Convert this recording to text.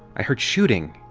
i heard shooting!